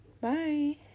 bye